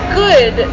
good